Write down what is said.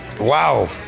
Wow